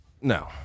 no